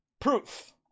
proof